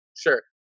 Sure